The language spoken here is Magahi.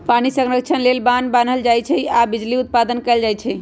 पानी संतक्षण लेल बान्ह बान्हल जाइ छइ आऽ बिजली उत्पादन कएल जाइ छइ